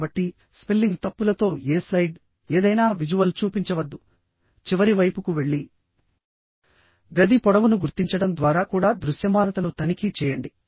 కాబట్టిస్పెల్లింగ్ తప్పులతో ఏ స్లైడ్ ఏదైనా విజువల్ చూపించవద్దు చివరి వైపుకు వెళ్లి గది పొడవును గుర్తించడం ద్వారా కూడా దృశ్యమానతను తనిఖీ చేయండి